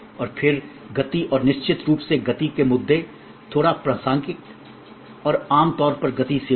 और फिर गति और निश्चित रूप से गति के मुद्दे थोड़ा प्रासंगिक और आम तौर पर गति सेवा है